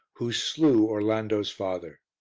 who slew orlando's father.